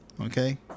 Okay